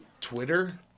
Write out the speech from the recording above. Twitter